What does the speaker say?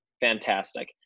Fantastic